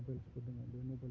नभेलफोर दङो बे नेभेलखौबो